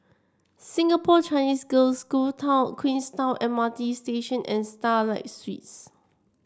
Singapore Chinese Girls' School Town Queenstown M R T Station and Starlight Suites